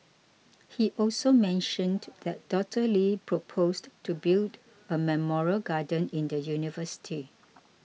he also mentioned that Doctor Lee proposed to build a memorial garden in the university